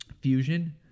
fusion